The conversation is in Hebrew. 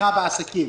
תמיכה בעסקים.